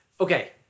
Okay